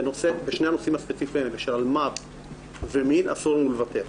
בשני הנושאים הספציפיים האלה של אלימות במשפחה ומין אסור לנו לוותר.